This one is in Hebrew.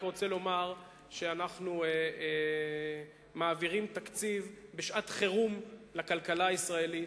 אני רק רוצה לומר שאנחנו מעבירים תקציב בשעת-חירום לכלכלה הישראלית.